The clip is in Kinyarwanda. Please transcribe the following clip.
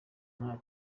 nta